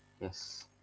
yes